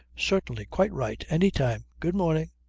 certainly, quite right. any time. good morning.